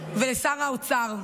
ולשר האוצר,